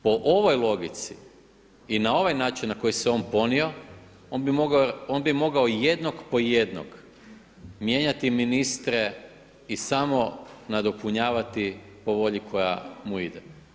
Po ovoj logici i na ovaj način na koji se on ponio, on bi mogao jednog po jednog mijenjati ministre i samo nadopunjavati po volji koja mu ide.